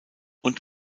und